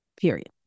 Period